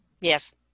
yes